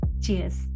Cheers